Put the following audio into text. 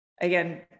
again